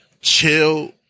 chill